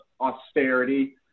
austerity